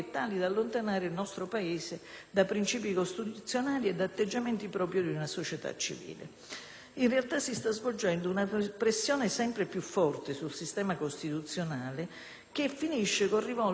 In realtà, si sta svolgendo una pressione sempre più forte sul sistema costituzionale che finisce col rivolgersi pesantemente non solo a quella seconda parte della Costituzione, rispetto alla quale tutti forse vorremmo dei cambiamenti,